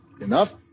enough